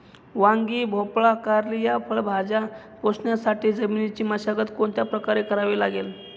वांगी, भोपळा, कारली या फळभाज्या पोसण्यासाठी जमिनीची मशागत कोणत्या प्रकारे करावी लागेल?